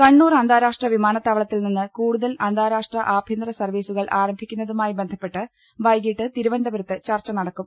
കണ്ണൂർ അന്താരാഷ്ട്ര വിമാനത്താവളത്തിൽ നിന്ന് കൂടുതൽ അന്താരാഷ്ട്ര ആഭ്യന്തര സർവീസുകൾ ആരംഭിക്കുന്നതുമായി ബന്ധപ്പെട്ട് വൈകിട്ട് തിരുവനന്തപുരത്ത് ചർച്ച നടക്കും